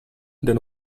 then